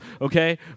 Okay